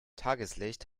tageslicht